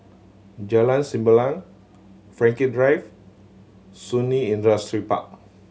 Jalan Sembilang Frankel Drive Shun Li Industrial Park